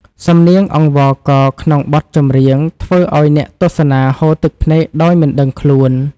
សំនៀងអង្វរករក្នុងបទចម្រៀង ធ្វើឱ្យអ្នកទស្សនាហូរទឹកភ្នែកដោយមិនដឹងខ្លួន។